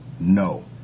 no